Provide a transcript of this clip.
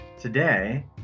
Today